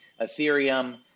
Ethereum